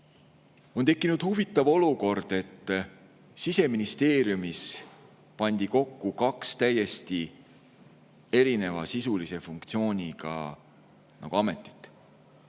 tekkinud huvitav olukord, et Siseministeeriumis pandi kokku kaks täiesti erineva sisulise funktsiooniga ametit,